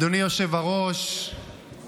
בוא תשמע את תשובתו של שר המשפטים להצעת החוק,